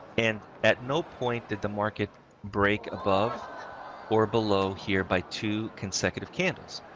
and at no point did the market break above or below here by two consecutive candles.